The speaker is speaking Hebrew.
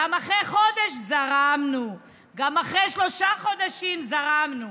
גם אחרי חודש זרמנו, גם אחרי שלושה חודשים זרמנו.